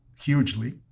hugely